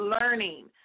learning